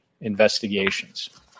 investigations